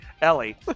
Ellie